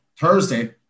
Thursday